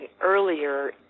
earlier